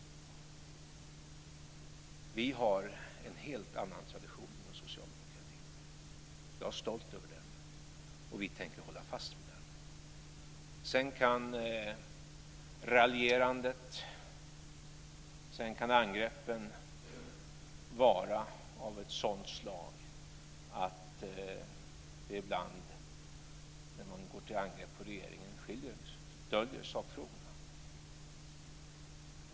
Vi har en helt annan tradition inom socialdemokratin. Jag är stolt över den, och vi tänker hålla fast vid den. Sedan kan raljerandet och angreppen vara av ett sådant slag att man ibland när man går till angrepp på regeringen döljer sakfrågorna.